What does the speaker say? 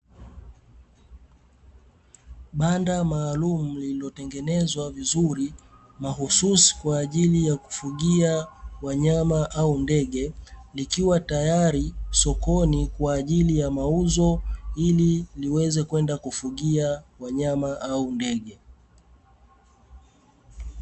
Banda maalumu lililotengenezwa vizuri, mahususi kwa ajili ya kufugia wanyama au ndege, likiwa tayari sokoni kwa ajili ya mauzo, ili liweze kwenda kufugia wanyama au ndege.